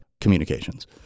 communications